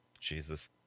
jesus